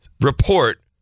report